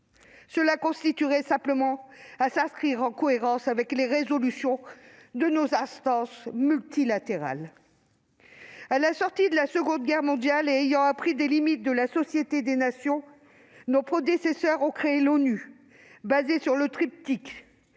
Cela consisterait simplement à faire preuve de cohérence avec les résolutions de nos instances multilatérales. À la sortie de la Seconde Guerre mondiale, ayant appris des limites de la Société des Nations, nos prédécesseurs ont créé l'ONU, fondée sur le triptyque